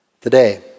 Today